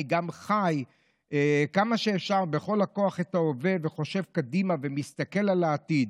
אני גם חי כמה שאפשר בכל הכוח את ההווה וחושב קדימה ומסתכל על העתיד.